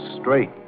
straight